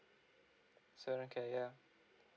so okay yeah